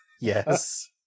Yes